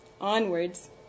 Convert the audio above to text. onwards